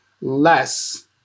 less